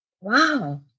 wow